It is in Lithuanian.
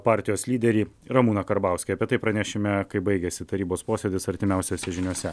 partijos lyderį ramūną karbauskį apie tai pranešime kaip baigėsi tarybos posėdis artimiausiose žiniose